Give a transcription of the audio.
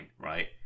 right